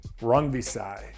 Rungvisai